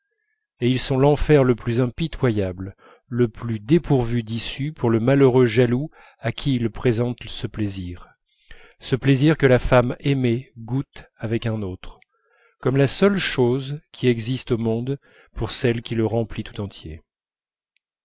et ils sont l'enfer le plus impitoyable le plus dépourvu d'issues pour le malheureux jaloux à qui ils présentent ce plaisir ce plaisir que la femme aimée goûte avec un autre comme la seule chose qui existe au monde pour celle qui le remplit tout entier